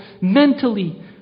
mentally